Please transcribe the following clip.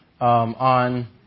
on